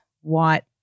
white